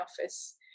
office